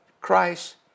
Christ